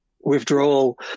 withdrawal